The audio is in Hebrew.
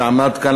עמד כאן,